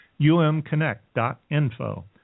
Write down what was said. umconnect.info